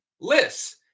lists